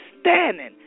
standing